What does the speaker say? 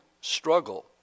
struggle